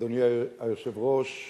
אדוני היושב-ראש,